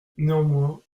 néanmoins